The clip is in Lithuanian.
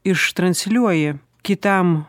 iš transliuoja kitam